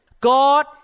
God